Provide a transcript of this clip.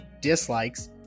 dislikes